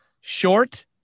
short